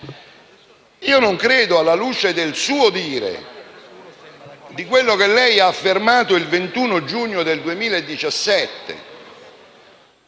non credo, alla luce del suo dire, di quello che lei ha affermato il 21 giugno 2017,